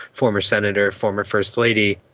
former senator, former first lady,